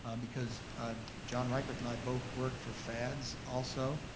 because john reichert and i both work for fads also.